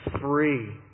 free